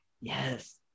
Yes